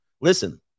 Listen